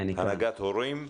הנהגת הורים,